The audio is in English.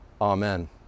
Amen